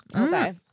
Okay